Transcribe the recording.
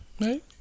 Right